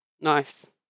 Nice